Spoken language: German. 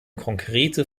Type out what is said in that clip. konkrete